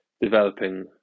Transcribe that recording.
developing